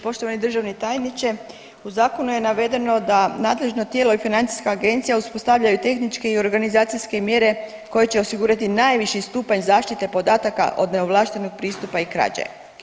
Poštovani državni tajniče, u zakonu je navedeno da nadležno tijelo i financijska agencija uspostavljaju tehničke i organizacijske mjere koje će osigurati najviši stupanj zaštite podataka od neovlaštenog pristupa i krađe.